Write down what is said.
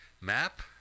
map